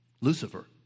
Lucifer